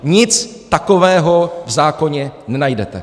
Nic takového v zákoně nenajdete.